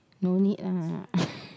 no need lah